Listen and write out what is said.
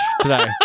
today